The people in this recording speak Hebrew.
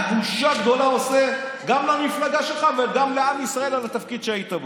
רק בושה גדולה עושה גם למפלגה שלך וגם לעם ישראל על התפקיד שהיית בו.